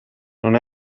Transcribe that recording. non